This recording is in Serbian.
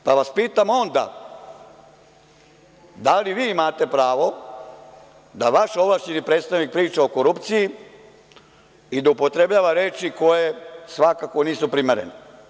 Onda vas pitam – da li vi imate pravo da vaš ovlašćeni predstavnik priča o korupciji i da upotrebljava reči koje svakako nisu primerene?